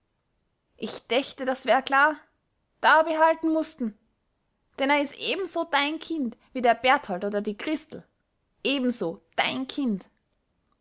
ich dächte das wär klar dabehalten mußt n denn a is ebensu dein kind wie der berthold oder die christel ebensu dein kind